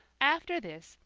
after this,